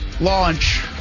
launch